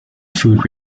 food